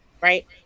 right